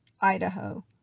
Idaho